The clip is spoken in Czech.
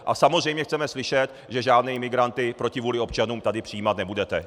A samozřejmě chceme slyšet, že žádné imigranty proti vůli občanů tady přijímat nebudete.